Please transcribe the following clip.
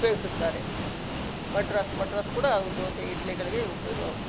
ಉಪಯೋಗಿಸುತ್ತಾರೆ ಮಡ್ರಾಸ್ ಮಡ್ರಾಸ್ ಕೂಡ ದೋಸೆ ಇಡ್ಲಿಗಳಿಗೆ ಉಪಯೋಗವಾಗಿ